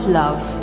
love